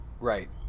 Right